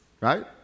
right